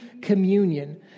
communion